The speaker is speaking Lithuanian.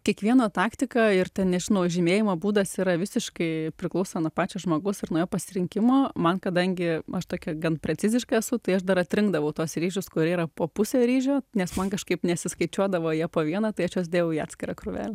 kiekvieno taktika ir ten nežinau žymėjimo būdas yra visiškai priklauso nuo pačio žmogaus ir nuo jo pasirinkimo man kadangi aš tokia gan preciziška esu tai aš dar atrinkdavau tuos ryžius kurie yra po pusę ryžio nes man kažkaip nesiskaičiuodavo jie po vieną tai aš juos dėjau į atskirą krūvelę